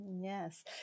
Yes